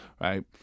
Right